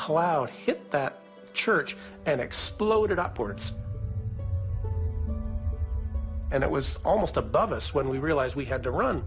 cloud hit that church and exploded upwards and it was almost above us when we realized we had to run